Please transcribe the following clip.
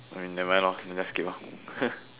nevermind lor then just skip ah